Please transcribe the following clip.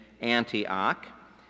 Antioch